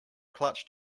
clutch